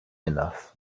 enough